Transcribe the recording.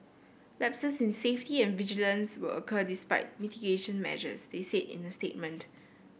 lapses in safety and vigilance will occur despite mitigation measures they said in a statement